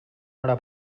hora